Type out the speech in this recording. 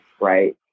right